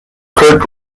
kurt